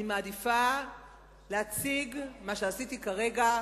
אני מעדיפה להציג, מה שעשיתי כרגע,